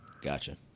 gotcha